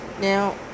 now